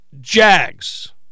Jags